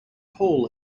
hole